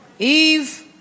Eve